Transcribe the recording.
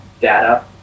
data